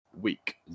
week